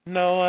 no